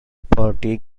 party